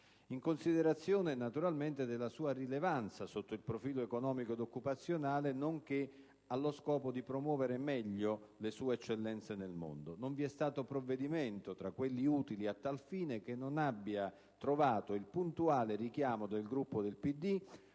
naturalmente della sua rilevanza sotto il profilo economico ed occupazionale, nonché allo scopo di promuovere meglio le sue eccellenze nel mondo. Non vi è stato provvedimento, tra quelli utili a tal fine, che non abbia trovato il puntuale richiamo del Gruppo del